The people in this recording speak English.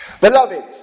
Beloved